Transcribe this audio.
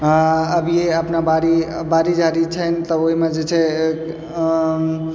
अबियै अपना बाड़ी बाड़ी झाड़ी छन्हि तऽ ओहिमे जे छै